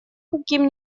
каким